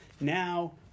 Now